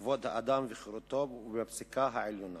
כבוד האדם וחירותו ובפסיקה העליונה.